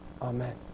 Amen